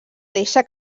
deixa